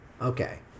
Okay